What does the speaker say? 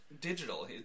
digital